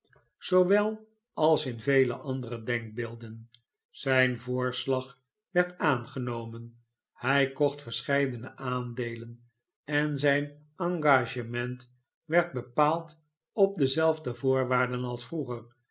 zoowel als in vele andere denkbeelden zijn voorslag werd aangenomen hij kocht verscheidene aandeelen en zijn engagement werd bepaald op dezelfde voorwaarden als vroeger